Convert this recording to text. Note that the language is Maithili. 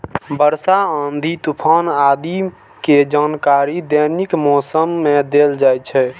वर्षा, आंधी, तूफान आदि के जानकारियो दैनिक मौसम मे देल जाइ छै